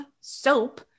Soap